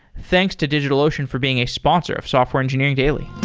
thanks to digitalocean for being a sponsor of software engineering daily.